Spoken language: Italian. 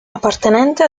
appartenente